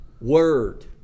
word